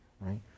Right